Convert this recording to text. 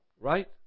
right